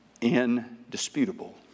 indisputable